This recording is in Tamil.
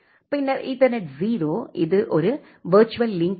பின்னர் ஈத்தர்நெட் 0 இது ஒரு விர்ச்சுவல் லிங்க் ஆகும்